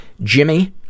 Jimmy